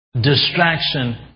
Distraction